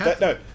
no